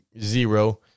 zero